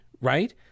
right